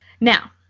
Now